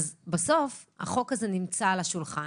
בסוף החוק הזה נמצא על השולחן